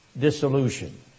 dissolution